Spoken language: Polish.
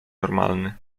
normalny